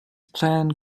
plan